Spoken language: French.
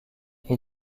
est